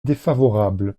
défavorable